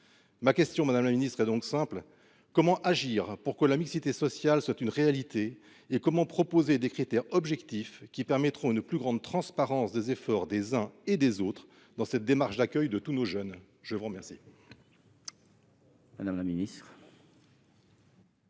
Ma question, madame la ministre, est donc simple : comment agir pour que la mixité sociale soit une réalité et comment proposer des critères objectifs, qui permettront une plus grande transparence des efforts des uns et des autres dans cette démarche d’accueil de tous nos jeunes ? La parole est à Mme la ministre.